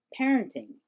parenting